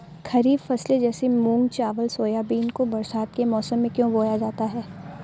खरीफ फसले जैसे मूंग चावल सोयाबीन को बरसात के समय में क्यो बोया जाता है?